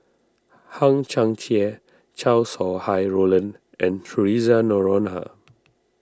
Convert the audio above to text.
Hang Chang Chieh Chow Sau Hai Roland and theresa Noronha